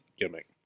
gimmick